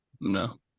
No